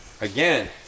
Again